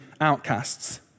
outcasts